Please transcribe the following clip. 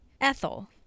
Ethel